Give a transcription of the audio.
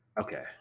Okay